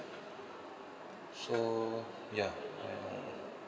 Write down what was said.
so ya